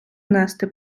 нести